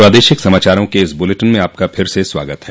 प्रादेशिक समाचारों के इस बुलेटिन में आपका फिर से स्वागत है